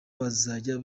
bazajya